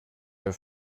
der